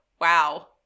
wow